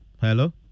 Hello